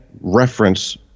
reference